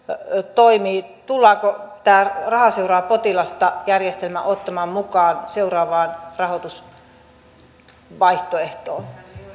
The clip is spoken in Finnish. toimii tullaanko tämä raha seuraa potilasta järjestelmä ottamaan mukaan seuraavaan rahoitusvaihtoehtoon